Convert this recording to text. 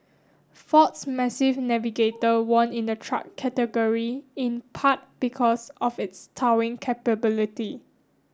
ford's massive Navigator won in the truck category in part because of its towing capability